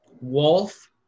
wolf